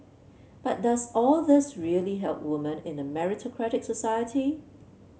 but does all this really help woman in a meritocratic society